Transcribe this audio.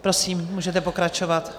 Prosím, můžete pokračovat.